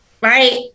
Right